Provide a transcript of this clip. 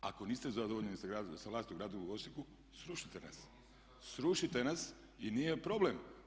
Ako niste zadovoljni sa vlasti u gradu Osijeku srušite nas, srušite nas i nije problem.